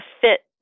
fit